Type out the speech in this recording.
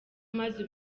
maze